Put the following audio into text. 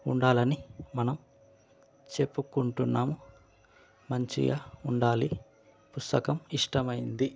ఉండాలని మనం చెప్పుకుంటున్నాము మంచిగా ఉండాలి పుస్తకం ఇష్టమైంది